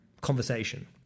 conversation